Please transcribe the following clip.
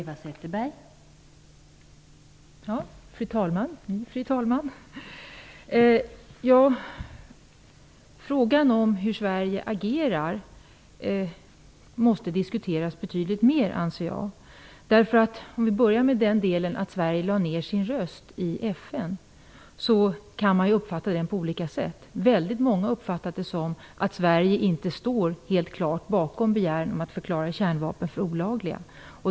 Fru talman! Frågan om hur Sverige agerar måste diskuteras betydligt mer anser jag. Vi kan börja med detta att Sverige lade ned sin röst i FN. Det kan man ju uppfatta på olika sätt. Många har uppfattat det som att Sverige inte helt klart står bakom begäran om att förklara kärnvapen olagliga.